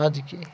اَدٕ کیٚاہ